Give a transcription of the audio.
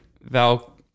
Val